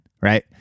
right